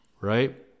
right